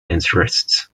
interests